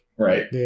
Right